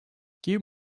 give